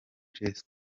jessica